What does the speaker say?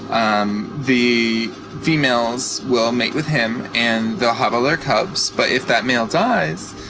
um the females will mate with him and they'll have all their cubs. but if that male dies,